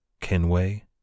Kenway